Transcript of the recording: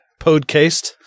Podcast